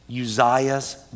Uzziah's